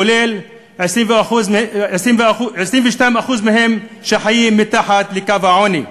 כולל 22% מהם שהחיים מתחת לקו העוני,